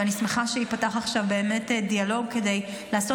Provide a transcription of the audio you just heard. ואני שמחה שייפתח עכשיו באמת דיאלוג כדי לעשות